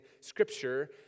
Scripture